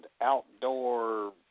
outdoor